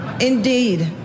indeed